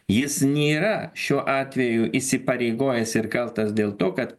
jis nėra šiuo atveju įsipareigojęs ir kaltas dėl to kad